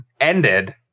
Ended